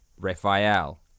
Raphael